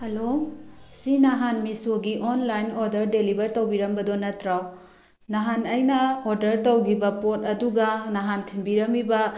hello ꯁꯤ ꯅꯍꯥꯟ ꯃꯤꯁꯣꯒꯤ ꯑꯣꯟꯂꯥꯏꯟ ꯑꯣꯔꯗꯔ ꯗꯦꯂꯤꯕꯔ ꯇꯧꯕꯤꯔꯝꯕꯗꯣ ꯅꯠꯇ꯭ꯔꯣ ꯅꯍꯥꯟ ꯑꯩꯅ ꯑꯣꯔꯗꯔ ꯇꯧꯈꯤꯕ ꯄꯣꯠ ꯑꯗꯨꯒ ꯅꯍꯥꯟ ꯊꯤꯟꯕꯤꯔꯝꯃꯤꯕ